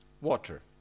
Water